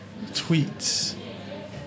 tweets